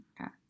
Okay